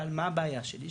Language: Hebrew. אבל מה הבעיה שלי?